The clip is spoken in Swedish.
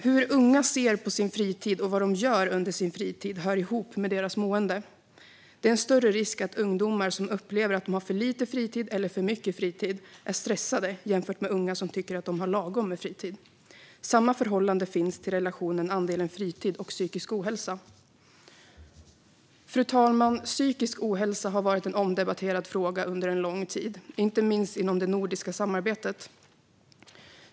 Hur unga ser på sin fritid och vad de gör under sin fritid hör ihop med deras mående. Det är en större risk att ungdomar som upplever att de har för lite eller för mycket fritid är stressade jämfört med unga som tycker att de har lagom med fritid. Samma förhållande finns när det gäller andelen fritid och psykisk ohälsa. Fru talman! Psykisk ohälsa har varit en omdebatterad fråga under lång tid, inte minst inom det nordiska samarbetet.